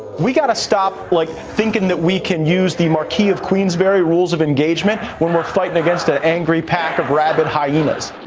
we got to stop like thinking that we can use the marquee of queensbury rules of engagement when we're fighting against an ah angry pack of rabid hyenas